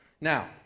Now